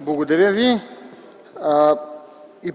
Благодаря Ви.